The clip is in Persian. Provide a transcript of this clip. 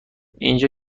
اینجا